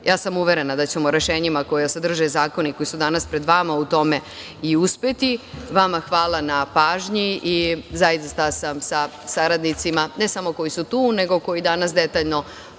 sam uverena da ćemo rešenjima koja sadrže zakoni koji su danas pred vama u tome i uspeti. Vama hvala na pažnji. Zaista sam sa saradnicima, ne samo koji su tu, nego koji danas detaljno